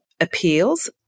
appeals